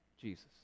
Jesus